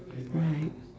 right